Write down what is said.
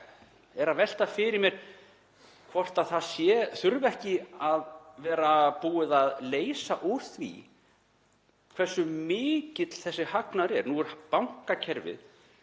er að velta fyrir mér hvort ekki þurfi að vera búið að leysa úr því hversu mikill þessi hagnaður er. Nú er bankakerfið